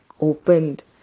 opened